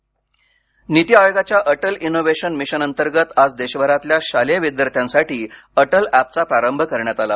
Atal app नीती आयोगाच्या Atal innovation mission अंतर्गत आज देशभरातल्या शालेय विद्यार्थ्यांसाठी अटल ऍपचा प्रारंभ करण्यात आला